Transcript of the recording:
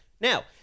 Now